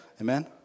Amen